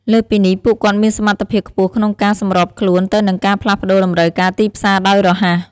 លើសពីនេះ ពួកគាត់មានសមត្ថភាពខ្ពស់ក្នុងការ សម្របខ្លួនទៅនឹងការផ្លាស់ប្តូរតម្រូវការទីផ្សារ ដោយរហ័ស។